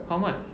how much